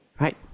right